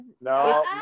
no